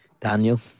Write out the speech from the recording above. daniel